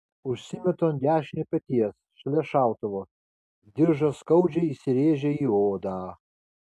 užsimetu ant dešinio peties šalia šautuvo diržas skaudžiai įsirėžia į odą